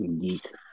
geek